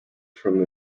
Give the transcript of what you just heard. from